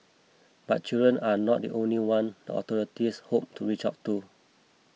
but children are not the only one the authorities hope to reach out to